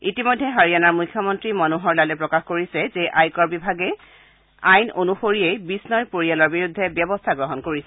ইতিমধ্যে হাৰিয়ানাৰ মুখ্যমন্ত্ৰী মনোহৰ লালে প্ৰকাশ কৰিছে যে আয়কৰ বিভাগে আইন অনুসৰিয়ে বিষ্ণইৰ পৰিয়ালৰ বিৰুদ্ধে ব্যৱস্থা গ্ৰহণ কৰিছে